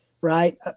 right